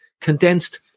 condensed